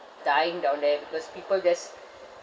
dying down there because people just